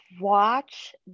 watch